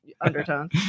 undertone